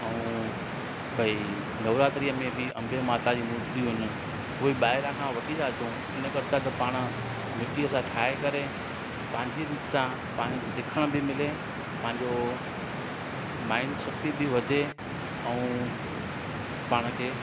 ऐं भई नवरात्री में बि अंबे माता जी मुर्तीयूं आहिनि उहे ॿाहिरा खां वठी त अचू उन कर त पाण मिटीअ सां ठाहे करे पंहिंजे रीति सां पंहिंजे सिखण बि मिले पंहिंजो माइंड शक्ती बि वधे ऐं पाण खे